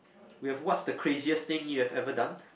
we have what's the craziest thing you have ever done